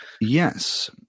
Yes